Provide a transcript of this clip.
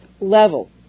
level